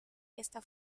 esta